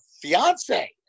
fiance